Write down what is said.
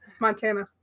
Montana